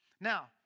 Now